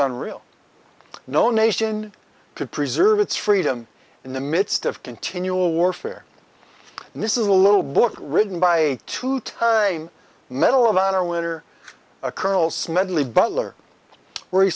unreal no nation to preserve its freedom in the midst of continual warfare and this is a little book written by two time medal of honor winner a colonel smedley butler where he